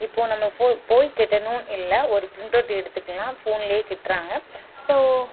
இப்போது நம்ம போய் போய் கட்டணும் இல்லை ஒரு ப்ரிண்ட்டவுட் எடுத்துக்கலாம் ஃபோன்லேயே கட்றாங்க ஸோ